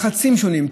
לחצים שונים,